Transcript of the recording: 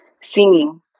singing